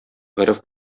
гореф